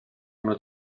uno